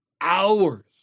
hours